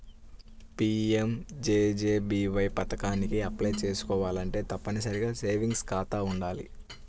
PMJJBY పథకానికి apply చేసుకోవాలంటే తప్పనిసరిగా సేవింగ్స్ ఖాతా వుండాలి